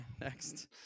next